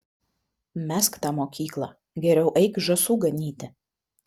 mesk tą mokyklą geriau eik žąsų ganyti